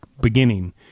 beginning